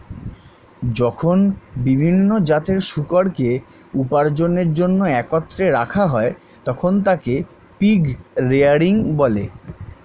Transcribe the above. যখন বিভিন্ন জাতের শূকরকে উপার্জনের জন্য একত্রে রাখা হয়, তখন তাকে পিগ রেয়ারিং বলে